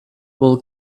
will